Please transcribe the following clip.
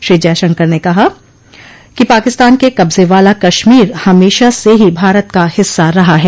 श्री जयशंकर ने कहा कि पाकिस्तान के कब्जे वाला कश्मीर हमशा से ही भारत का हिस्सा रहा है